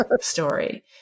story